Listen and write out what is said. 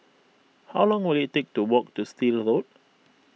how long will it take to walk to Still Road